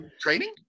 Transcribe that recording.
training